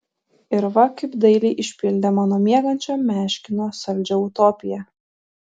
ir va kaip dailiai išpildė mano miegančio meškino saldžią utopiją